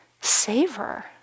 Savor